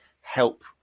help